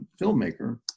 filmmaker